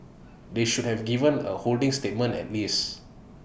they should have given A holding statement at least